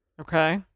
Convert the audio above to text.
Okay